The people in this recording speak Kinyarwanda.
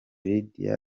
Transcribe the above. lydia